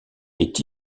est